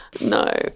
No